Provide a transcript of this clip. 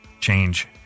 change